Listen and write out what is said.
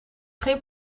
geen